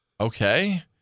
Okay